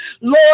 Lord